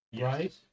Right